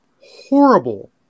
horrible